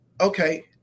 Okay